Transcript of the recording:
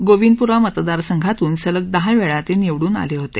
गोविंदपुरा मतदार संघातून सलग दहावेळा ते निवडून आले होते